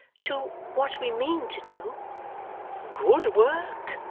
to what we mean to do good work,